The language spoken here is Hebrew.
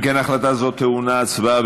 אם כן, הצעה זאת טעונה הצבעה.